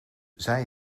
zij